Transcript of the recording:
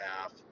half